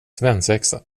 svensexa